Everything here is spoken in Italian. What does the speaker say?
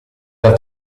dal